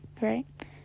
right